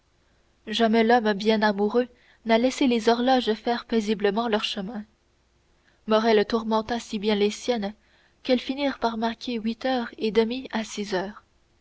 jamais l'homme bien amoureux n'a laissé les horloges faire paisiblement leur chemin morrel tourmenta si bien les siennes qu'elles finirent par marquer huit heures et demie à six heures